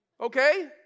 Okay